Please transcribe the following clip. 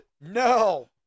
No